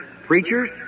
preachers